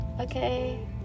okay